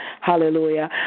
hallelujah